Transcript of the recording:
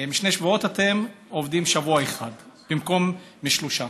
אתם עובדים שבוע אחד במקום משלושה.